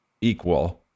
equal